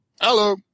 Hello